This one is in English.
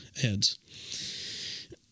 heads